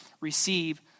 Receive